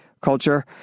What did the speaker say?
culture